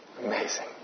Amazing